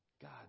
God